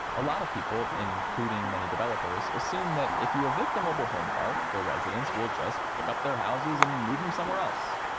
a lot of people, including many developers, assume that if you evict a mobile home park, the residents will just pick up their houses, and move them somewhere else.